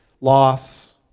loss